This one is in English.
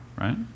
right